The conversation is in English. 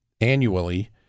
annually